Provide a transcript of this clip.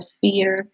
fear